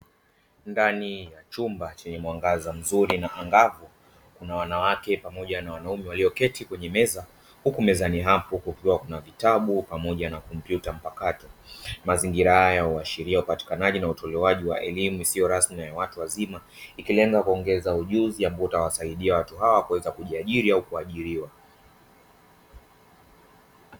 Ndani ya chumba chenye mwangaza mzuri na angavu, kuna wanawake pamoja na wanaume. Walioketi kwenye meza ambayo kuna vitabu pamoja na kompyuta mpakato. Mazingira haya huashiria upatikanaji na utolewaji wa elimu isiyo rasmi na ya watu wazima. Ikilenga kuongeza ujuzi ambao utawasaidia watu hawa kujiajiri au kuajiriwa.